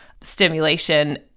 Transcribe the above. stimulation